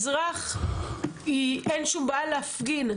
אין שום בעיה להפגין,